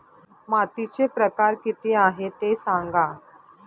मातीचे प्रकार किती आहे ते सांगा